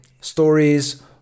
stories